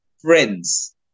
friends